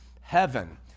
heaven